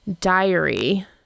diary